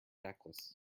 necklace